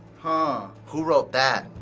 but who wrote that?